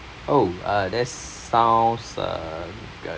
oh uh that sounds uh